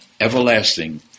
everlasting